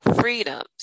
freedoms